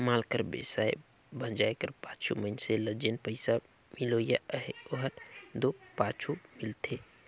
माल कर बेंचाए भंजाए कर पाछू मइनसे ल जेन पइसा मिलोइया अहे ओहर दो पाछुच मिलथे